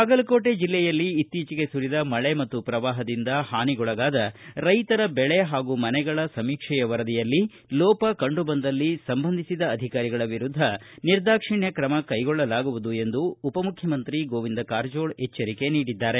ಬಾಗಲಕೋಟೆ ಜಿಲ್ಲೆಯಲ್ಲಿ ಇತ್ತೀಚೆಗೆ ಸುರಿದ ಮಳೆ ಮತ್ತು ಪ್ರವಾಹದಿಂದ ಹಾನಿಗೊಳಗಾದ ರೈತರ ಬೆಳೆ ಹಾಗೂ ಮನೆಗಳ ಸಮೀಕ್ಷೆಯ ವರದಿಯಲ್ಲಿ ಲೋಪ ಕಂಡುಬಂದಲ್ಲಿ ಸಂಬಂಧಿಸಿದ ಅಧಿಕಾರಿಗಳ ವಿರುದ್ಧ ನಿರ್ದಾಕ್ಷಿಣ್ಯ ತ್ರಮ ಕೈಗೊಳ್ಳಲಾಗುವುದು ಎಂದು ಉಪ ಮುಖ್ಯಮಂತ್ರಿ ಗೋವಿಂದ ಕಾರಜೋಳ ಎಚ್ಚರಿಕೆ ನೀಡಿದ್ದಾರೆ